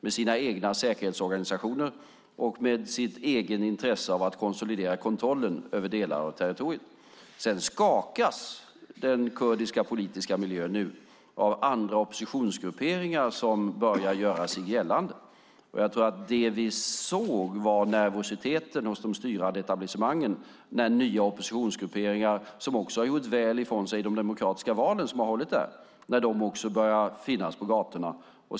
De har sina egna säkerhetsorganisationer och sitt eget intresse av att konsolidera kontrollen över olika delar av territoriet. Den kurdiska politiska miljön skakas nu av andra oppositionsgrupperingar som börjar göra sig gällande. Jag tror att det vi såg var nervositeten hos de styrande etablissemangen när nya oppositionsgrupperingar, som också har gjort väl ifrån sig i de demokratiska val som har hållits där, börjar finnas på gatorna.